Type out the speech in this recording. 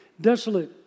desolate